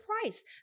price